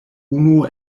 unu